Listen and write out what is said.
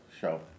show